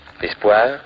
l'espoir